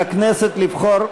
על הכנסת לבחור,